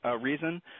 reason